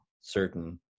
certain